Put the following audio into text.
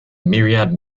myriad